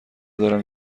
دارم